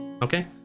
Okay